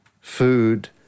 food